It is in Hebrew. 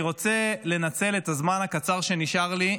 אני רוצה לנצל את הזמן הקצר שנשאר לי,